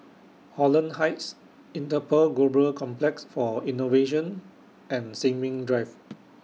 Holland Heights Interpol Global Complex For Innovation and Sin Ming Drive